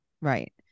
Right